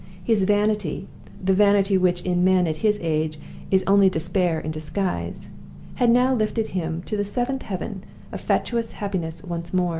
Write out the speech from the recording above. his vanity the vanity which in men at his age is only despair in disguise had now lifted him to the seventh heaven of fatuous happiness once more.